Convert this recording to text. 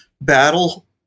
battle